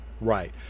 Right